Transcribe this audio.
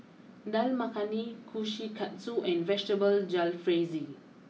Dal Makhani Kushikatsu and Vegetable Jalfrezi